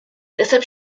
deshalb